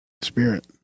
spirit